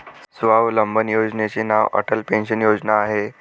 स्वावलंबन योजनेचे नाव अटल पेन्शन योजना आहे